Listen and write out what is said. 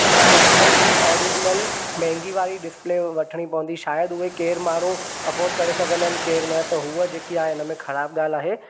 असां खे एप्पल जी ओरिजिनल महांगी वारी डिसप्ले वठिणी पवंदी शायदि उहे केरु माण्हू अफोर्ड करे सघंदा आहिनि केरु न त हूअ जेकी आहे हिन में ख़राबु ॻाल्हि आहे